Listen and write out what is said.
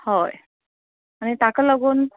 हय आनी ताका लागून